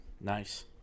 Nice